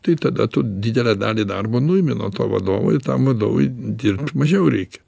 tai tada tu didelę dalį darbo nuimi nuo to vadovo ir tam vadovui dirbt mažiau reikia